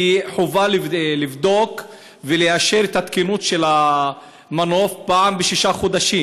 כי חובה לבדוק ולאשר את התקינות של המנוף פעם בשישה חודשים.